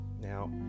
Now